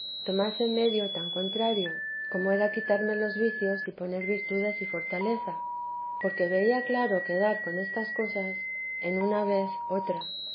tomase medio tan contrario como era quitarme los vicios y poner virtudes y fortaleza porque veía claro quedar con estas cosas en una vez otra